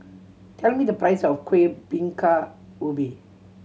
tell me the price of Kuih Bingka Ubi